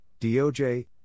DOJ